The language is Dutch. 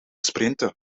sprinten